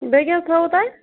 بیٚیہِ کیٛاہ حظ تھوٚوُ تۄہہِ